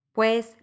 Pues